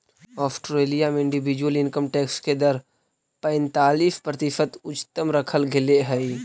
Australia में individual income tax के दर पैंतालीस प्रतिशत उच्चतम रखल गेले हई